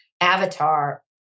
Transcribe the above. avatar